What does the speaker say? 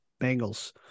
Bengals